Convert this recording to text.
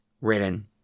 written